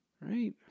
right